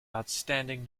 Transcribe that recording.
outstanding